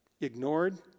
Ignored